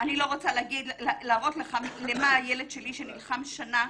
אני לא רוצה להראות לך למה הילד שלי שנלחם שנה,